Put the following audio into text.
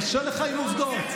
קשה לך עם עובדות.